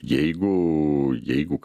jeigu jeigu